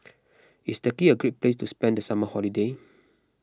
is Turkey a great place to spend the summer holiday